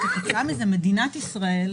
וכתוצאה מזה מדינת ישראל,